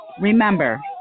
Remember